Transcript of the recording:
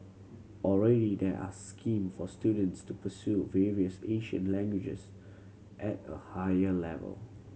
already there are scheme for students to pursue various Asian languages at a higher level